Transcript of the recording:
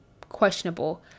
questionable